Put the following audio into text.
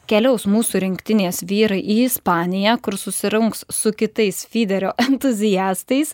keliaus mūsų rinktinės vyrai į ispaniją kur susirungs su kitais fiderio entuziastais